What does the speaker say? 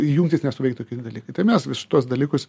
jungtys nesuveiktų kiti dalykai tai mes vis tuos dalykus